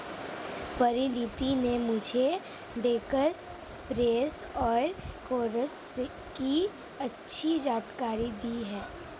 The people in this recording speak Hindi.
परिनीति ने मुझे टैक्स प्रोस और कोन्स की अच्छी जानकारी दी है